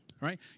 right